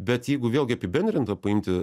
bet jeigu vėlgi apibendrintą paimti